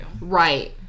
Right